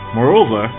Moreover